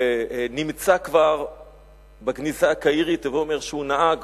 שמצאנו כבר בגניזה הקהירית, הווי אומר שהוא נהג